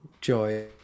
joy